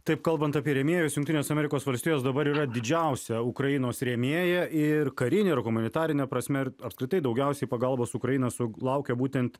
taip kalbant apie rėmėjus jungtinės amerikos valstijos dabar yra didžiausia ukrainos rėmėja ir karine ir humanitarine prasme ir apskritai daugiausiai pagalbos ukraina sulaukia būtent